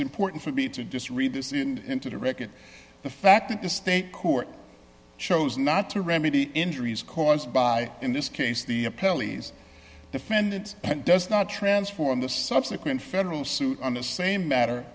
important for me to just read this into the record the fact that the state court chose not to remedy injuries caused by in this case the pelleas defendant does not transform the subsequent federal suit on the same matter